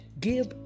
give